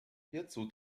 hierzu